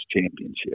Championship